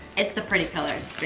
it's the pretty colors,